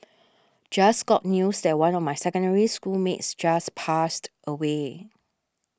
just got news that one of my Secondary School mates just passed away